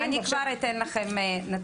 ועכשיו --- אני כבר אתן לכם נתונים.